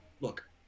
look